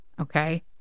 Okay